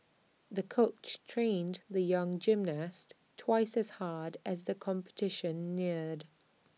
the coach trained the young gymnast twice as hard as the competition neared